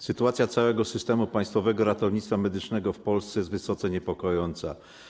Sytuacja całego systemu państwowego ratownictwa medycznego w Polsce jest wysoce niepokojąca.